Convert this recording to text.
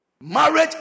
Marriage